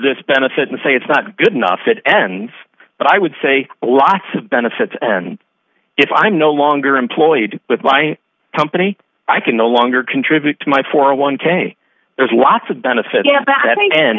this benefit and say it's not good enough it ends but i would say lots of benefits and if i'm no longer employed with my company i can no longer contribute to my forty one k there's lots of benefits and